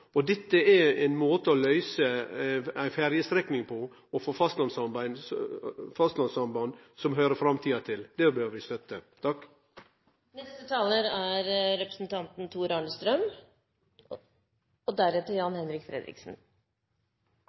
Dette er ein måte å avløyse ei ferjestrekning på – med eit fastlandssamband som høyrer framtida til. Det bør vi støtte.